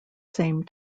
same